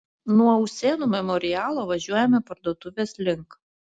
nuo usėnų memorialo važiuojame parduotuvės link